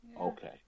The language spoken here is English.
okay